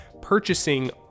purchasing